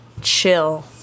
chill